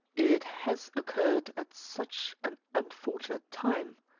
it has occurred at such an unfortunate time,